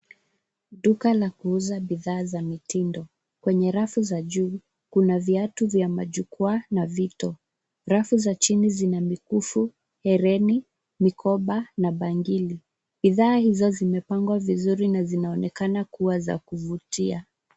Duka la kuuza bidhaa za mitindo, kwenye rafu za juu kuna viatu vya majukwaa na vito. Rafu za chini zina mikufu, herini, mikoba na bangili. Bidhaa hizo zimepangwa vizuri na zinaonekana kuwa za kuvutia.